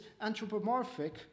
anthropomorphic